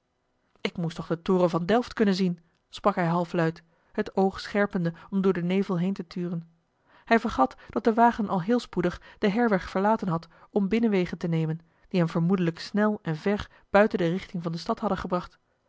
ik moest toch den toren van delft kunnen zien sprak hij halfluid het oog scherpende om door den nevel heen te turen hij vergat dat de wagen al heel spoedig den heirweg verlaten had om binnenwegen te nemen die hem vermoedelijk snel en ver buiten de richting van de stad hadden gebracht